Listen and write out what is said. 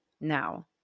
Now